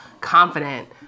confident